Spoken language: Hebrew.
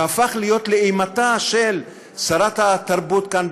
שהפך להיות לאימתה של שרת התרבות כאן,